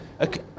Okay